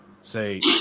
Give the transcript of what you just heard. say